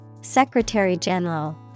Secretary-General